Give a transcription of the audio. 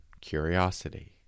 curiosity